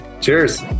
Cheers